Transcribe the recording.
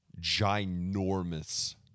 ginormous